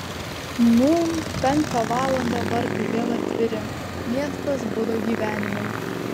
nūn penktą valandą vartai vėl atviri miestas budo gyvenimui